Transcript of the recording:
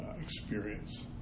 experience